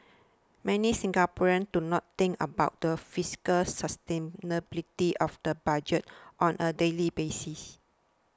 many Singaporeans do not think about the fiscal sustainability of the budget on a daily basis